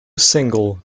single